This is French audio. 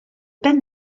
pen